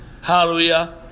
Hallelujah